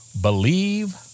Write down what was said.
believe